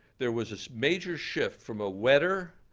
there was this major shift from a wetter,